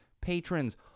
patrons